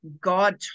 God